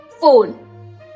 phone